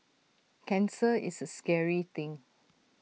cancer is A scary thing